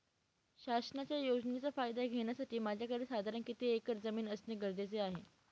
शासनाच्या योजनेचा फायदा घेण्यासाठी माझ्याकडे साधारण किती एकर जमीन असणे गरजेचे आहे?